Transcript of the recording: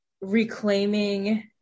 reclaiming